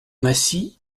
massy